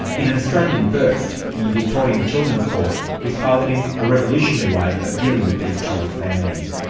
in an australian first the victorian children's court is piloting a revolutionary way of dealing with these troubled families.